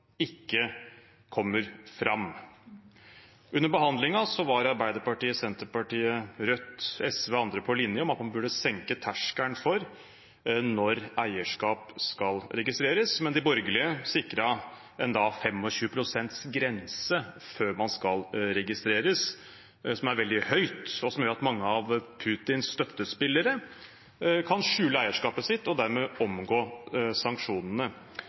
ikke kommer fram. Under behandlingen var Arbeiderpartiet, Senterpartiet, Rødt, SV og andre på samme linje om at man burde senke terskelen for når eierskap skal registreres, men de borgerlige sikret den gang en 25-prosentgrense før man skal registreres, noe som er veldig høyt, og som gjør at mange av Putins støttespillere kan skjule eierskapet sitt og dermed omgå sanksjonene.